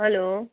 hello